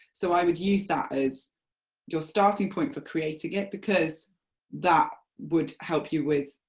so i would use that as your starting point for creating it, because that would help you with